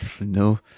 no